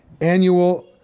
annual